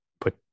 put